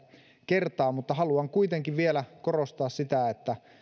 kertaa mutta haluan kuitenkin vielä korostaa sitä että